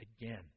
again